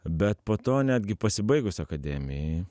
bet po to netgi pasibaigus akademijai